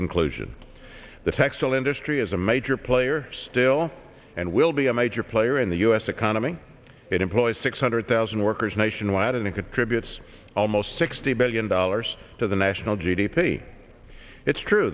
conclusion the textile industry is a major player still and will be a major player in the u s economy it employs six hundred thousand workers nationwide and it contributes almost sixty billion dollars to the national g d p it's true